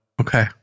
okay